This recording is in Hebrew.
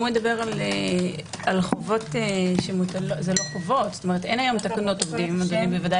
הוא הזכיר את הקרוזים שזה כן מעוגן בתקנות.